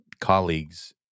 colleagues